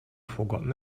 forgotten